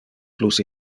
plus